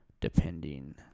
depending